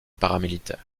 paramilitaires